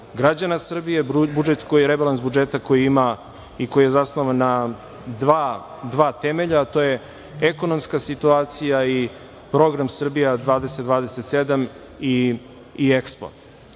građana Srbije, rebalans budžeta koji ima i koji je zasnovan na dva temelja, a to je ekonomska situacija i Program Srbija 2027 i